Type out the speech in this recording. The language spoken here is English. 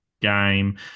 game